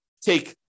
take